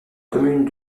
communes